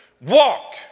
walk